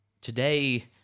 today